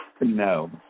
No